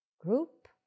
group